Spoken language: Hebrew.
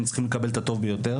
הם צריכים לקבל את הטוב ביותר.